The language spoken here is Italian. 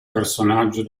personaggio